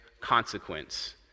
consequence